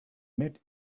met